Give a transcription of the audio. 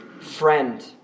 friend